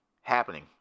happening